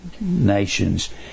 nations